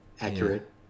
accurate